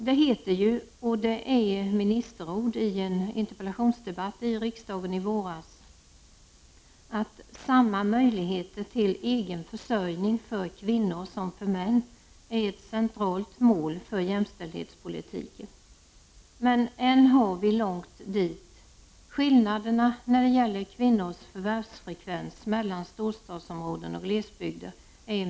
Det heter ju — och det är ministerord från en interpellationsdebatt i riksdagen i våras — att ”samma möjligheter till egen försörjning för kvinnor som för män är ett centralt mål för jämställdhetspolitiken”. Men än har vi långt dit. Skillnaderna när det gäller kvinnors förvärvsfrekvens är mycket stora mellan storstadsområden och glesbygder.